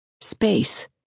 Space